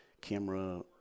camera